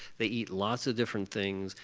they eat lots of different things.